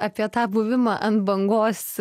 apie tą buvimą ant bangos